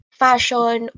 fashion